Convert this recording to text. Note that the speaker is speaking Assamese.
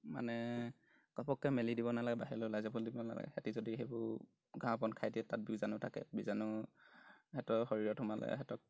মানে ঘপককৈ মেলি দিব নালাগে বাহিৰলৈ ওলাই যাবলৈ দিব নালাগে সিহঁতি যদি সেইবোৰ ঘাঁহ বন খাই দিয়ে তাত বীজাণু থাকে বীজাণু সিহঁতৰ শৰীৰত সোমালে সিহঁতক